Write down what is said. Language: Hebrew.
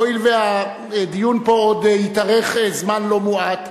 והואיל והדיון פה עוד יתארך זמן לא מועט,